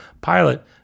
pilot